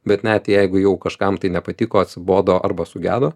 bet net jeigu jau kažkam tai nepatiko atsibodo arba sugedo